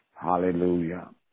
hallelujah